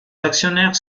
actionnaires